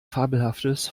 fabelhaftes